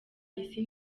isi